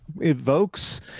evokes